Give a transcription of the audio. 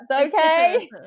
okay